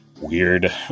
weird